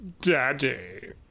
Daddy